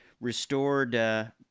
restored –